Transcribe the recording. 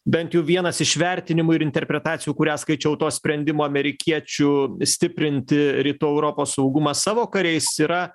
bent jau vienas iš vertinimų ir interpretacijų kurią skaičiau to sprendimo amerikiečių stiprinti rytų europos saugumą savo kariais yra